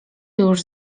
już